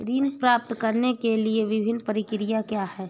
ऋण प्राप्त करने की विभिन्न प्रक्रिया क्या हैं?